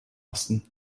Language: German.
osten